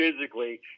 physically